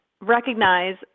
recognize